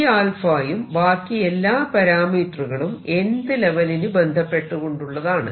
C യും ബാക്കി എല്ലാ പരാമീറ്ററുകളും nth ലെവലിനു ബന്ധപ്പെട്ടുകൊണ്ടുള്ളതാണ്